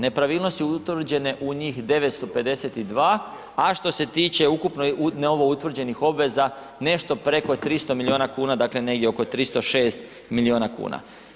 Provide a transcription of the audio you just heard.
Nepravilnosti utvrđene u njih 952, a što se tiče ukupno novoutvrđenih obveza nešto preko 300 milijuna kuna, dakle, negdje oko 306 milijuna kuna.